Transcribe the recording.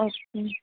okay